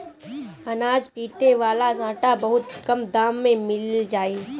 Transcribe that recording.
अनाज पीटे वाला सांटा बहुत कम दाम में मिल जाई